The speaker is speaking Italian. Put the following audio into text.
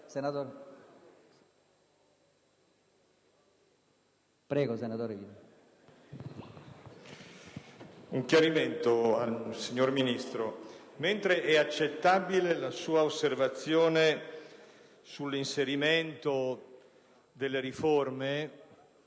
un chiarimento al signor Ministro. Mentre è accettabile la sua osservazione sull'inserimento delle riforme